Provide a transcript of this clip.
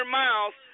miles